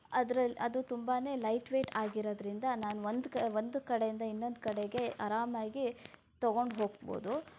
ಅದರಲ್ಲಿ ಅದು ತುಂಬ ಲೈಟ್ವೇಟ್ ಆಗಿರೋದ್ರಿಂದ ನಾನೊಂದು ಕ ಒಂದು ಕಡೆಯಿಂದ ಇನ್ನೊಂದು ಕಡೆಗೆ ಆರಾಮಾಗಿ ತೊಗೊಂಡ್ಹೋಗ್ಬೋದು